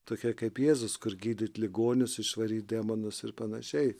tokie kaip jėzus kur gydyt ligonius išvaryt demonus ir panašiai